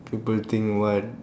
people think what